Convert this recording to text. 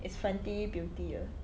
it's Fenty Beauty ah